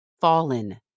fallen